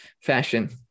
fashion